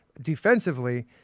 Defensively